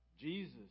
Jesus